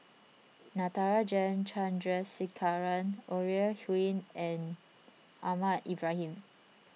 Natarajan Chandrasekaran Ore Huiying and Ahmad Ibrahim